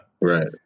Right